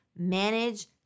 Manage